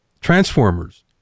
Transformers